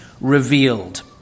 revealed